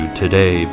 today